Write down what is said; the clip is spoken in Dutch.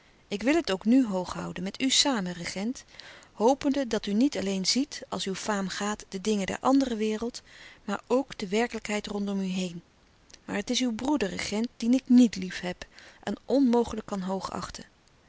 ik wil het ook nu hoog houden met u samen regent hopende dat u niet alleen ziet als uw faam gaat de dingen der andere wereld louis couperus de stille kracht maar ook de werkelijkheid rondom u heen maar het is uw broeder regent dien ik niet liefheb en onmogelijk kan